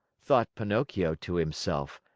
thought pinocchio to himself.